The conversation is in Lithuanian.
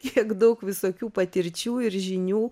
kiek daug visokių patirčių ir žinių